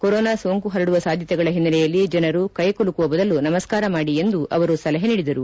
corona ಸೋಂಕು ಪರಡುವ ಸಾಧ್ಯತೆಗಳ ಹಿನ್ನೆಲೆಯಲ್ಲಿ ಜನರು ಕೈ ಕುಲುಕುವ ಬದಲು ನಮಸ್ಕಾರ ಮಾಡಿ ಎಂದು ಸಲಹೆ ನೀಡಿದರು